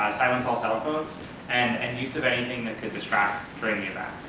silence all cell phones and and use of anything that could distract during the event.